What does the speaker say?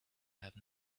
have